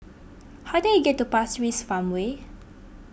how do I get to Pasir Ris Farmway